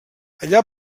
allà